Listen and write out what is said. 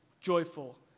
joyful